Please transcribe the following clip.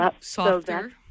softer